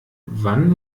wann